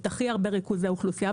את הכי הרבה ריכוזי אוכלוסייה,